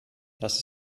das